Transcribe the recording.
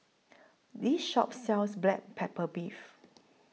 This Shop sells Black Pepper Beef